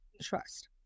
trust